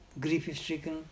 grief-stricken